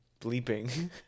bleeping